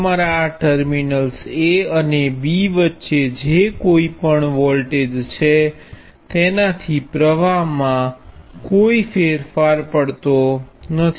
તમારા આ terminals A અને B વચ્ચે જે કોઇ પણ વોલ્ટેજ છે તેના થી પ્રવાહ I મા કોઇ ફેરફાર થતો નથી